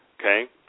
Okay